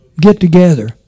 get-together